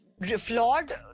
flawed